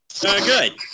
Good